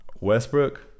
Westbrook